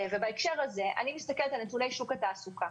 בהקשר הזה אני מסתכלת על נתוני שוק התעסוקה.